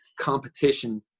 competition